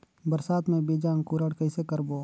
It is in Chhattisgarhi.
बरसात मे बीजा अंकुरण कइसे करबो?